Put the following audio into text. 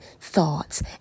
thoughts